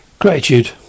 Gratitude